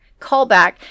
Callback